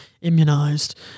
immunized